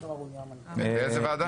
לאיזו ועדה?